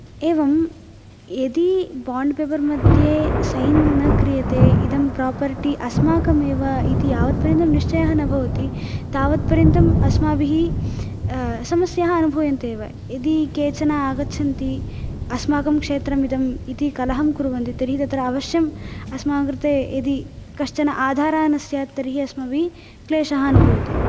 एवं यदि bond paper मध्ये सैन् न क्रियते इदं प्रापर्टि अस्माकम् एव इति यावत्पर्यन्तं निश्चयः न भवति तावत्पर्यन्तम् अस्माभिः समस्याः अनुभूयन्ते एव यदि केचन आगच्छन्ति अस्माकं क्षेत्रम् इदम् इति कलहं कुर्वन्ति तर्हि तत्र अवश्यं अस्माकं कृते यदि कश्चन आधारः न स्यात् तर्हि अस्माभिः क्लेशः अनुभूयते